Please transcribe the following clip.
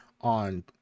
on